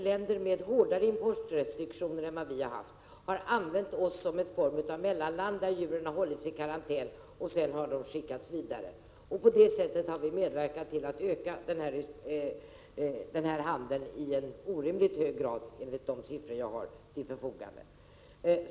Länder med hårdare importrestriktioner än Sverige har utnyttjat vårt land som en form av mellanland. Djuren har hållits i karantän här och har sedan skickats vidare. Därigenom har vi medverkat till att öka denna handel i orimligt hög grad, enligt de siffror jag har till mitt förfogande.